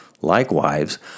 Likewise